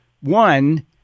One